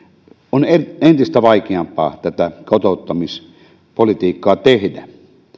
on entistä vaikeampaa tätä kotouttamispolitiikkaa tehdä